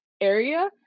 area